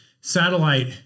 satellite